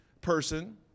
person